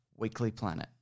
weeklyplanet